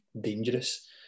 dangerous